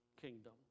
kingdom